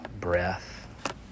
breath